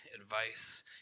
advice